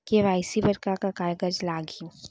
KYC बर का का कागज लागही?